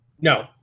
No